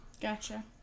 Gotcha